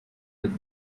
with